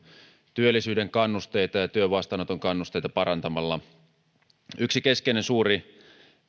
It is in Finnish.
työllisyyden kannusteita ja työn vastaanoton kannusteita parantamalla yksi keskeinen suuri